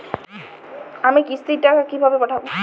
আমি কিস্তির টাকা কিভাবে পাঠাব?